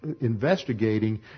investigating